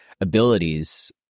abilities